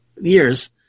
years